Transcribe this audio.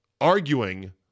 arguing